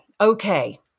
Okay